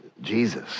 Jesus